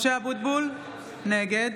(קוראת בשמות חברי הכנסת) משה אבוטבול, נגד